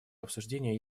обсуждений